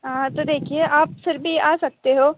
हाँ तो देखिए आप फिर भी आ सकते हो